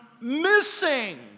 missing